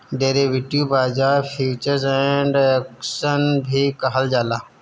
derivative बाजार futures and option भी कहल जाला